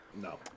No